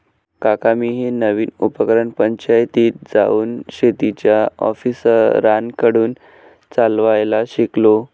काका मी हे नवीन उपकरण पंचायतीत जाऊन शेतीच्या ऑफिसरांकडून चालवायला शिकलो